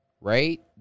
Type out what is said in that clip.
Right